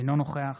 אינו נוכח